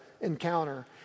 encounter